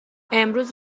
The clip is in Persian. امروز